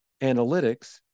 analytics